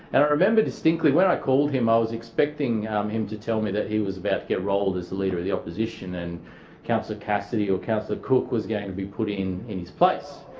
and i remember distinctly when i called him i was expecting him to tell me that he was about to get rolled as the leader of the opposition and councillor cassidy or councillor cook was going to be put in in his place,